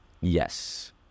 Yes